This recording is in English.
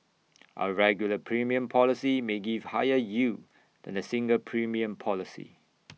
A regular premium policy may give higher yield than A single premium policy